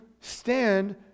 stand